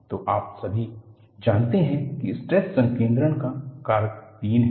तो आप सभी जानते हैं कि स्ट्रेस संकेन्द्रण का कारक 3 है